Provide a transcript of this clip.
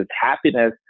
happiness